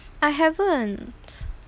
I haven't